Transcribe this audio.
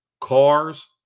Cars